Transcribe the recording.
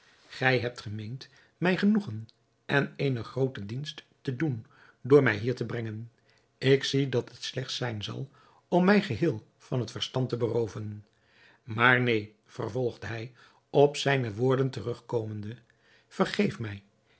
gij hebt gemeend mij genoegen en eene groote dienst te doen door mij hier te brengen ik zie dat het slechts zijn zal om mij geheel van het verstand te berooven maar neen vervolgde hij op zijne woorden terugkomende vergeef mij